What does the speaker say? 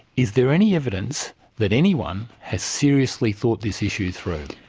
is there any evidence that anyone has seriously thought this issue through?